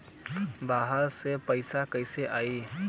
बाहर से पैसा कैसे आई?